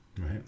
right